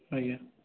ଆଜ୍ଞା